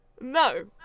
no